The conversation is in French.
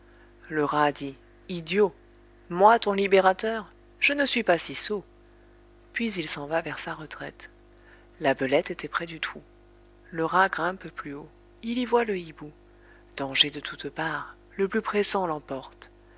le rat dit idiot moi ton libérateur je ne suis pas si sot puis il s'en va vers sa retraite la belette était près du trou le rat grimpe plus haut il y voit le hibou dangers de toutes parts le plus pressant l'emporte